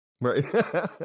right